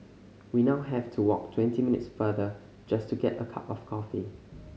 we now have to walk twenty minutes farther just to get a cup of coffee